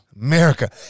America